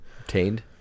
Obtained